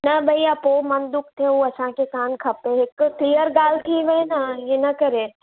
न भैया पोइ मन दुख थिए हू असांखे कान खपे हिकु क्लीअर ॻाल्हि थी वेई इन करे